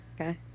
Okay